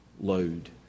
load